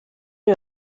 uyu